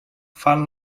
fan